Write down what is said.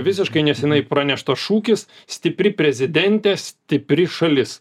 visiškai neseniai praneštas šūkis stipri prezidentė stipri šalis